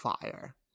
fire